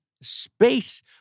space